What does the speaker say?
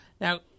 Now